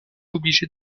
obligé